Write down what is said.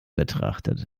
betrachtet